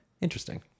interesting